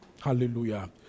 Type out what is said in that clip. Hallelujah